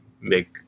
make